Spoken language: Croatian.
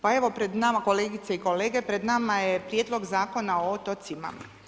Pa evo pred nama kolegice i kolege, pred nama je Prijedlog zakona o otocima.